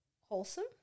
wholesome